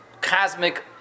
cosmic